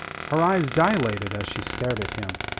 her eyes dilated as she stared at him.